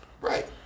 Right